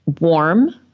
warm